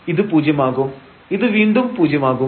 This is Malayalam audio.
ഇത് പൂജ്യം ആകും ഇത് വീണ്ടും പൂജ്യം ആകും